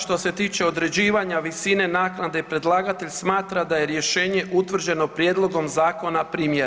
Što se tiče određivanja visine naknade predlagatelj smatra da je rješenje utvrđeno prijedlogom zakona primjereno.